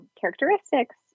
characteristics